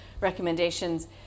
recommendations